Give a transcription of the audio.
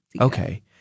Okay